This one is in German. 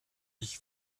ich